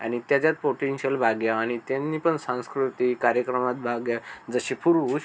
आणि त्याच्यात पोटेंशियल भाग घ्यावा आणि त्यांनीपण सांस्कृतिक कार्यक्रमात भाग घ्यावा जसे पुरुष